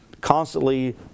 constantly